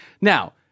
Now